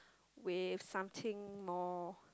with something more